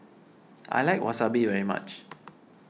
I like Wasabi very much